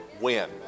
win